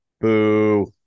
Boo